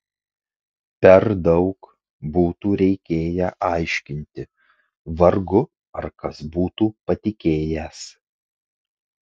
per daug būtų reikėję aiškinti vargu ar kas būtų patikėjęs